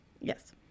Yes